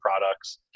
products